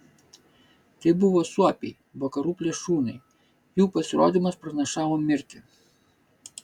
tai buvo suopiai vakarų plėšrūnai jų pasirodymas pranašavo mirtį